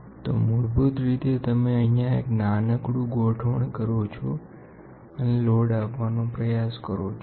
તો મૂળભૂત રીતે તમે અહીંયા એક નાનકડું ગોઠવણ કરો છો અને લોડ આપવાનો પ્રયાસ કરો છો